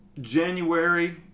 January